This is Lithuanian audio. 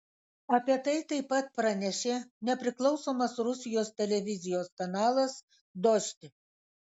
apie tai taip pat pranešė nepriklausomas rusijos televizijos kanalas dožd